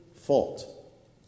fault